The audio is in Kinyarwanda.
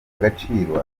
agaciro